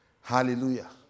Hallelujah